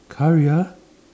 Khairiyah